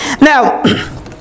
Now